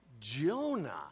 Jonah